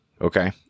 Okay